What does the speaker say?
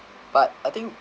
but I think